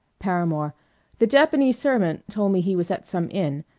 paramore the japanese servant told me he was at some inn.